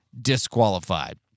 disqualified